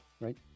right